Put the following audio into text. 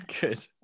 Good